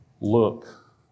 look